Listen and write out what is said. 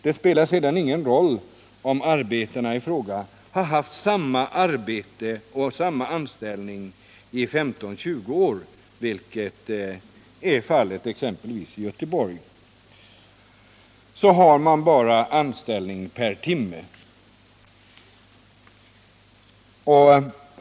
Det spelar ingen roll om arbetaren i fråga har haft samma arbete och samma anställning i 15 eller 20 år, vilket ofta är fallet exempelvis i Göteborg, man har i alla fall bara anställning per timme.